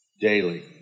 daily